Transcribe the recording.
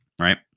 Right